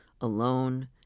alone